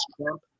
Trump